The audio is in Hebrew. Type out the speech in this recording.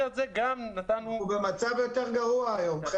הוא במצב יותר גרוע היום.